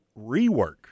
rework